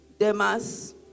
Demas